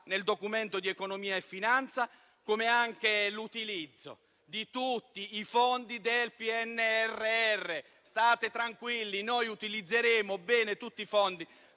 nel Documento di economia e finanza. Cito poi l'utilizzo di tutti i fondi del PNRR. State tranquilli: utilizzeremo bene tutti i fondi,